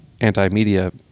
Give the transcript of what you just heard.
anti-media